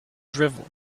drivel